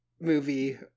movie